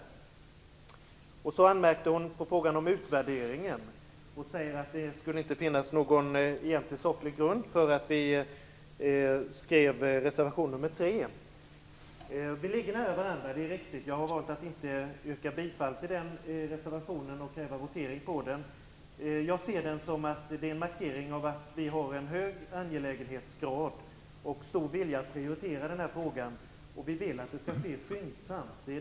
Britt-Marie Danestig-Olofsson anmärkte på det här med en utvärdering och sade att det egentligen inte finns någon saklig grund för reservation nr 3 från oss i kds. Det är riktigt att vi ligger nära varandra. Jag har valt att inte yrka bifall till reservationen eller kräva votering där. Jag ser den som en markering av en hög angelägenhetsgrad och en stor vilja hos oss att prioritera frågan. Vi vill dessutom att det skall ske skyndsamt.